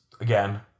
again